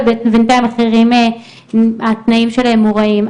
ובינתיים התנאים שלהם נוראיים.